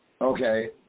Okay